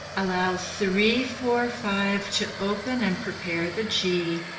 allow three four five to open and prepare the g.